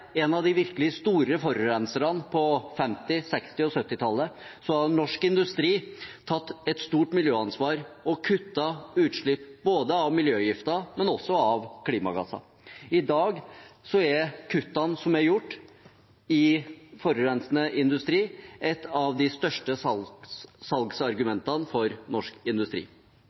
har norsk industri tatt et stort miljøansvar og kuttet utslipp både av miljøgifter og også av klimagasser. I dag er kuttene som er gjort i forurensende industri, et av de største salgsargumentene for norsk industri.